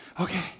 okay